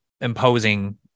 imposing